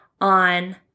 on